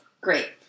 Great